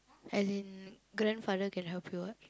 as in grandfather can help you [what]